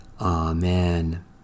Amen